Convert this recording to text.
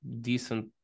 decent